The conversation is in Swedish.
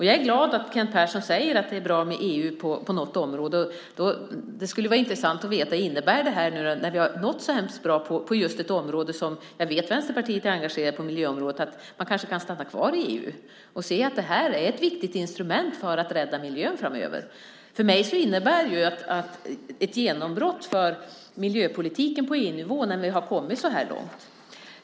Jag är glad att Kent Persson säger att det är bra med EU på något område. Det skulle vara intressant att veta om det, när vi nu har nått något så hemskt bra på just miljöområdet som jag vet att Vänsterpartiet är engagerat i, innebär att man kanske kan stanna kvar i EU och se att det här är ett viktigt instrument för att rädda miljön framöver. För mig innebär det ett genombrott för miljöpolitiken på EU-nivå när vi har kommit så här långt.